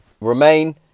remain